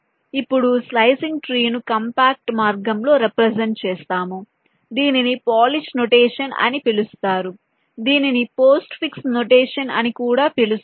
ఇప్పుడు slicing tree ను compact మార్గంలో రెప్రెసెంట్ చేస్తాం దీనిని పోలిష్ నొటేషన్ అని పిలుస్తారు దీనిని పోస్ట్ఫిక్స్ నొటేషన్ అని కూడా పిలుస్తారు